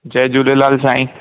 जय झूलेलाल साईं